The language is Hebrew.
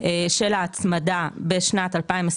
של ההצמדה בשנת 2023,